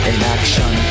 Inaction